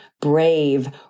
brave